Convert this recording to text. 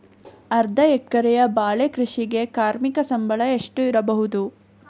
ಅರ್ಧ ಎಕರೆಯ ಬಾಳೆ ಕೃಷಿಗೆ ಕಾರ್ಮಿಕ ಸಂಬಳ ಒಟ್ಟು ಎಷ್ಟಿರಬಹುದು?